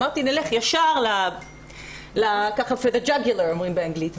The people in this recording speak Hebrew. אמרתי: נלך ישר --- אומרים באנגלית.